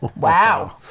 Wow